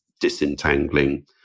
disentangling